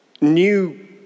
new